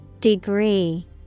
Degree